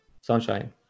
sunshine